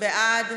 פינדרוס, בעד.